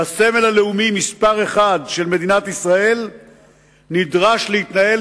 והסמל הלאומי מספר אחת של מדינת ישראל נדרש להתנהל,